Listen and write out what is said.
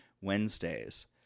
Wednesdays